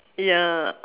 ya